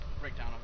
breakdown